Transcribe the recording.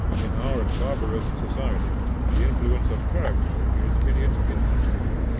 in our barbarous society the influence of character is in its infancy.